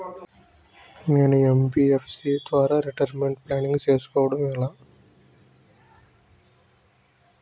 నేను యన్.బి.ఎఫ్.సి ద్వారా retirement planning చేసుకోవడం ఎలా?